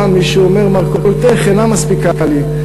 בא מישהו ואומר: מרכולתךְ אינה מספיקה לי,